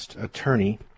attorney